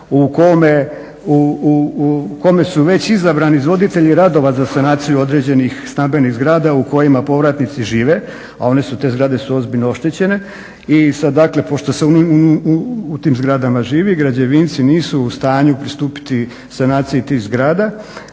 u kome su već izabrani izvoditelji radova za sanaciju određenih stambenih zgrada u kojima povratnici žive, a oni te zgrade su ozbiljno oštećene. I dakle pošto se u tim zgradama živi građevinci nisu u stanju pristupiti sanaciji tih zgrada